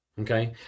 okay